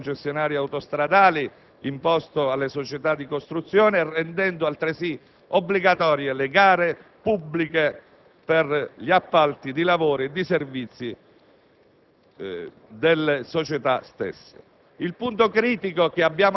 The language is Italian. di quel limite alla partecipazione alla società concessionaria autostradale imposto alle società di costruzione e rendendo altresì obbligatorie le gare pubbliche per gli appalti di lavoro e di servizi